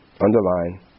underline